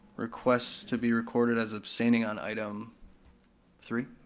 requests to be recorded as abstaining on item three?